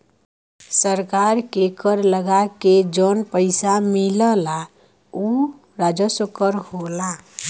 सरकार के कर लगा के जौन पइसा मिलला उ राजस्व कर होला